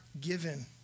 given